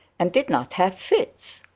and did not have fits.